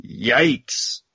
Yikes